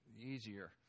easier